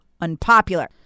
unpopular